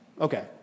Okay